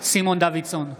סימון דוידסון,